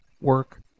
work